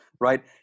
Right